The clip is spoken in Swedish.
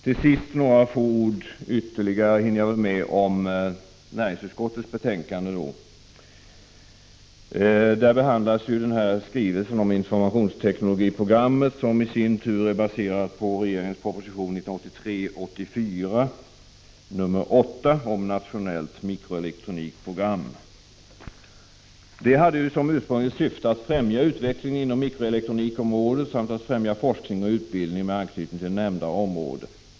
Till sist hinner jag med några få ord ytterligare om näringsutskottets betänkande. Där behandlas ju regeringens skrivelse om informationsteknologiprogram, som i sin tur är baserad på proposition 1983/84:8 om ett nationellt mikroelektronikprogram. Detta hade som ursprungligt syfte att främja utvecklingen inom mikroelektronikområdet samt främja forskning och utbildning med anknytning till nämnda område.